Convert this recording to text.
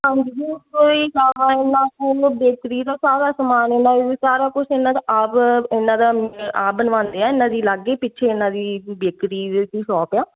ਹਾਂਜੀ ਜੀ ਉਹ ਕੋਈ ਨਵਾਂ ਹੈ ਨਾ ਕੋਈ ਉਹ ਬੇਕਰੀ ਦਾ ਸਾਰਾ ਸਮਾਨ ਉਹਨਾਂ ਸਾਰਾ ਕੁਛ ਇਹਨਾਂ ਦਾ ਆਪ ਇਹਨਾਂ ਦਾ ਆਪ ਬਣਵਾਉਂਦੇ ਆ ਇਹਨਾਂ ਦੀ ਅਲੱਗ ਹੀ ਪਿੱਛੇ ਇਹਨਾਂ ਦੀ ਬੇਕਰੀ ਦੀ ਸੌਪ ਆ